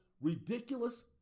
ridiculous